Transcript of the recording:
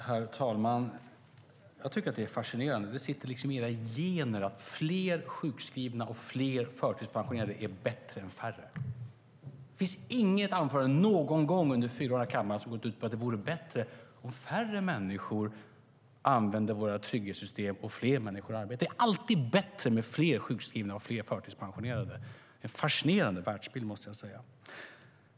Herr talman! Jag tycker att det är fascinerande att det liksom sitter i generna att fler sjukskrivna och fler förtidspensionerade är bättre än färre. Det finns inget anförande i kammaren som någon gång under fyra år har gått ut på att det vore bättre om färre människor använde våra trygghetssystem och att fler människor arbetade. Det är alltid bättre med fler sjukskrivna och fler förtidspensionerade. Det är en fascinerande världsbild, måste jag säga.